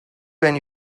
when